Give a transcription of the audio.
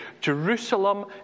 Jerusalem